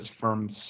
firms